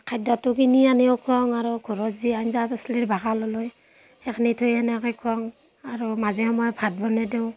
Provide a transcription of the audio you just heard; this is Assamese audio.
খাদ্যটো কিনি আনিও খোৱাওঁ আৰু ঘৰত যি আঞ্জা পাচলিৰ বাকাল ওলায় সেইখিনি থৈ এনেকৈ খোৱাওঁ আৰু মাজে সময়ে ভাত বনাই দিওঁ